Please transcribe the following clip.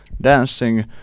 dancing